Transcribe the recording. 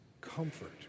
Comfort